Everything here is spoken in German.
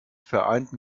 vereinten